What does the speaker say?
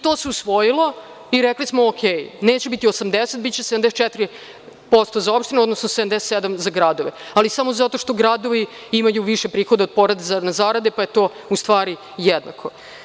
To se usvojilo i rekli smo okej, neće biti 80, biće 74% za opštine, odnosno 77 za gradove, ali samo zato što gradovi imaju više prihoda od poreza na zarade, pa je to u stvari jednako.